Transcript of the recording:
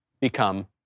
become